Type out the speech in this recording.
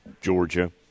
Georgia